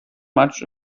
much